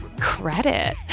credit